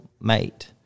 mate